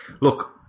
look